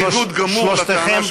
שלושתכם,